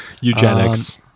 Eugenics